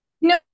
No